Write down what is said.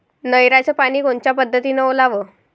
नयराचं पानी कोनच्या पद्धतीनं ओलाव?